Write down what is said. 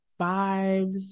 vibes